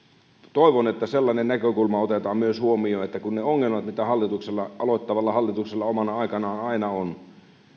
toivon että sellainen näkökulma otetaan myös huomioon että hoidettaessa niitä ongelmia mitä aloittavalla hallituksella omana aikanaan aina on